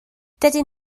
dydyn